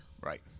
right